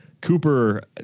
Cooper